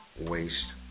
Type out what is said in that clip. waste